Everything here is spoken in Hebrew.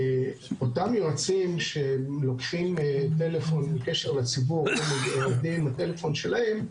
אותם יועצים שלוקחים טלפון מקשר לציבור או עובדים עם הטלפון שלהם,